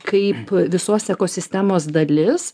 kaip visos ekosistemos dalis